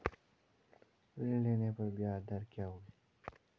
ऋण लेने पर ब्याज दर क्या रहेगी?